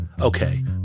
Okay